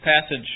passage